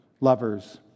lovers